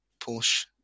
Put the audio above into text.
porsche